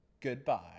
goodbye